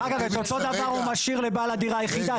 דרך אגב, את אותו דבר הוא משאיר לבעל דירה יחידה.